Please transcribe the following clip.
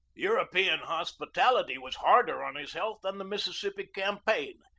european hospitality was harder on his health than the mississippi campaign,